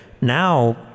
Now